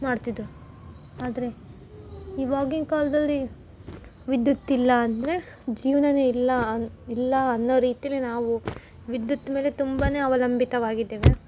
ಮಾಡ್ತಿದ್ದರು ಆದರೆ ಇವಾಗಿನ ಕಾಲದಲ್ಲಿ ವಿದ್ಯುತ್ ಇಲ್ಲ ಅಂದರೆ ಜೀವನಾನೆ ಇಲ್ಲ ಅನ್ನು ಇಲ್ಲ ಅನ್ನೋ ರೀತಿಲ್ಲಿ ನಾವು ವಿದ್ಯುತ್ ಮೇಲೆ ತುಂಬಾ ಅವಲಂಬಿತವಾಗಿದ್ದೇವೆ